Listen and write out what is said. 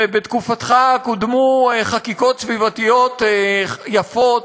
ובתקופתך קודמו חקיקות סביבתיות יפות,